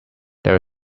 there